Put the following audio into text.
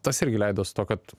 tas irgi leido su tuo kad